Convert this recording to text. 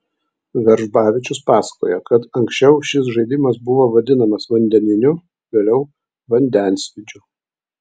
veržbavičius pasakoja kad anksčiau šis žaidimas buvo vadinamas vandeniniu vėliau vandensvydžiu